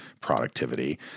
productivity